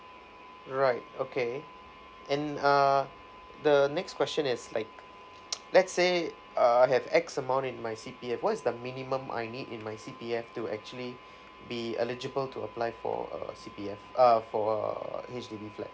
right okay and uh the next question is like let's say uh I have X amount in my C_P_F what is the minimum I need in my C_P_F to actually be eligible to apply for a C_P_F uh for a H_D_B flat